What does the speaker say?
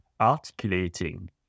articulating